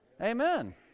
Amen